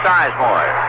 Sizemore